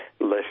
less